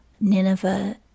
Nineveh